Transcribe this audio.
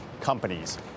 companies